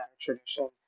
tradition